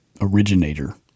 Originator